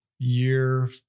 Year